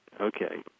Okay